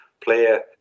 player